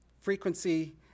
frequency